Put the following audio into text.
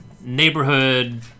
neighborhood